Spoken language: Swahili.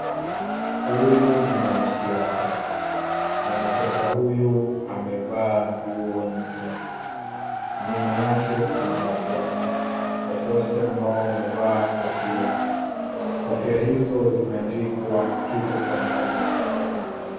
Huyu ni mwanasiasa, mwanasiasa huyu amevaa nguo nyekundu. Nyuma yake kuna wafuasi, wafuasi ambao wamevaa kofia. Kofia hizo zimeandikwa tuko pamoja.